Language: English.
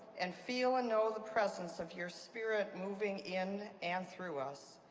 and feel and know the presence of your spirit moving in and through us.